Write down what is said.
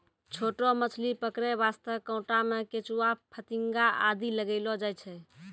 छोटो मछली पकड़ै वास्तॅ कांटा मॅ केंचुआ, फतिंगा आदि लगैलो जाय छै